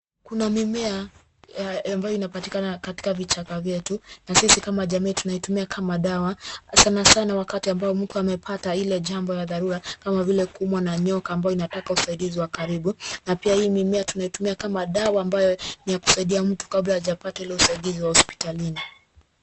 Kuna mimea, ambayo inapatikana katika vichaka vyetu, na sisi kama jamii tunaitumia kama dawa, sanasana wakati ambao mtu amepata ile jambo ya dharura kama vile kuumwa na nyoka ambayo inataka usaidizi wa karibu, na pia hii mimea tunaitumia kama dawa ambayo ni ya kusaidia mtu kabla hajapata ule usaidizi wa hospitalini.